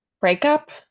breakup